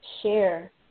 Share